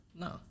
No